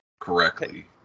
correctly